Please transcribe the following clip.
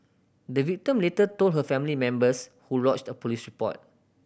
the victim later told her family members who lodged a police report